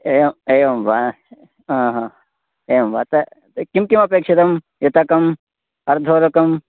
एव् एव् एवं वा आहा एवं वा तत् किं किम् अपेक्षितं युतकम् अर्धोरुकं